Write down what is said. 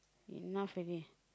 enough already